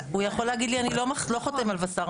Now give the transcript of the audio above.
הוא יכול להגיד לי אני לא חותם על וס"ר,